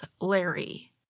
Larry